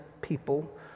people